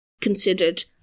considered